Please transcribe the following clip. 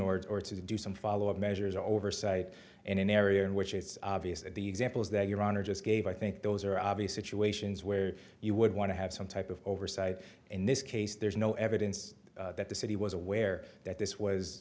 orders or to do some follow up measures oversight in an area in which it's obvious that the examples that your honor just gave i think those are obvious situations where you would want to have some type of oversight in this case there's no evidence that the city was aware that this was